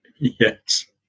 Yes